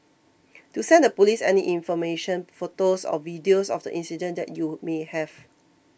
do send the Police any information photos or videos of the incident that you may have